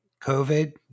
COVID